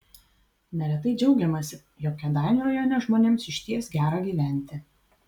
neretai džiaugiamasi jog kėdainių rajone žmonėms išties gera gyventi